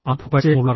അനുഭവപരിചയമുള്ളവർ